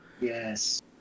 yes